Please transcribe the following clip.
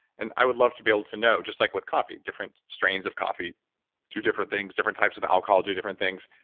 and i would love to be able to know, just like with coffee, different strains of coffee do different things, different types of alcohol do different things.